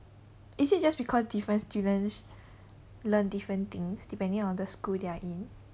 is it just because different students learn different things depending on the school they are in